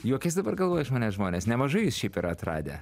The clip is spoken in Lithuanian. juokias dabar galvoju iš manęs žmonės nemažai šiaip yra atradę